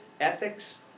ethics